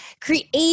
create